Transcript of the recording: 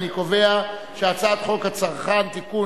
הצעת חוק הגנת הצרכן (תיקון,